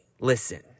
Listen